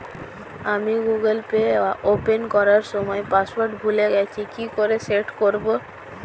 আমি Google Pay open করার সময় পাসওয়ার্ড ভুলে গেছি কি করে সেট করব?